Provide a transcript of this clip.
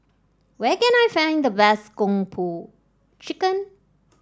where can I find the best Kung Po Chicken